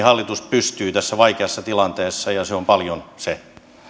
hallitus pystyy tässä vaikeassa tilanteessa ja se on paljon se